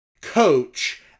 Coach